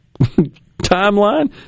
timeline